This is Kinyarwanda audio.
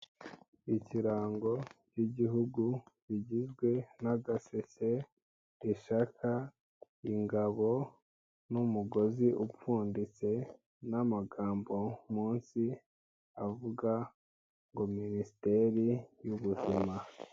Ikirango cy'igihugu rigizwe n'agaseke, ishaka, ingabo n'umugozi upfunditse n'amagambo munsi avuga ngo ''Minisiteri y'ubuzima''.